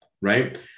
Right